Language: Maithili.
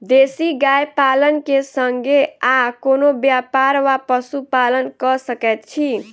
देसी गाय पालन केँ संगे आ कोनों व्यापार वा पशुपालन कऽ सकैत छी?